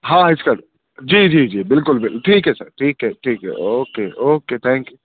ہاں yes sir جی جی جی بالکل ٹھیک ہے سر ٹھیک ہے ٹھیک ہے اوکے اوکے تھینک یو